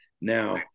Now